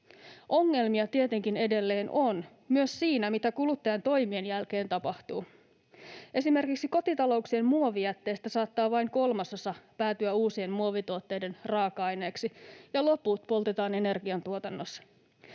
Ongelmia tietenkin edelleen on, myös siinä, mitä kuluttajan toimien jälkeen tapahtuu. Esimerkiksi kotitalouksien muovijätteestä saattaa vain kolmasosa päätyä uusien muovituotteiden raaka-aineeksi ja loput poltetaan energiantuotannossa.